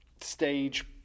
stage